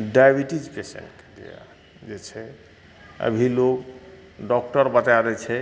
डाइबिटीजके छै जे आ जे छै अभी लोग डॉक्टर बता दै छै